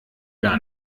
gar